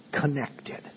connected